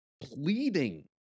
pleading